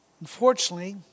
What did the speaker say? Unfortunately